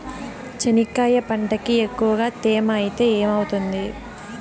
చెనక్కాయ పంటకి ఎక్కువగా తేమ ఐతే ఏమవుతుంది?